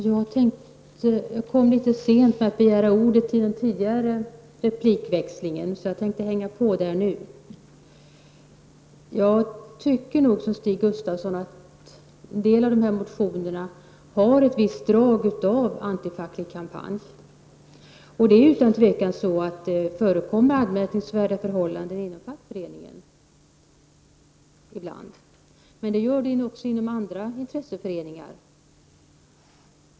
Herr talman! Jag hade egentligen tänkt begära ordet i tidigare replikväxling. Jag tycker nog, i likhet med Stig Gustafsson, att en del av motionerna i detta sammanhang har drag av antifacklig kampanj. Men det är utan tvivel så, att förhållandena inom fackföreningsrörelsen ibland är anmärkningsvärda. Det gäller dock också inom intresseföreningar.